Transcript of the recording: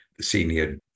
senior